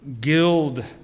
guild